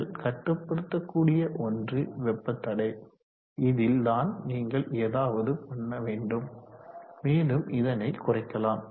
நீங்கள் கட்டுப்படுத்தக் கூடிய ஒன்று வெப்ப தடை இதில் தான் நீங்கள் எதாவது பண்ண வேண்டும் மேலும் இதனை குறைக்கலாம்